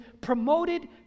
promoted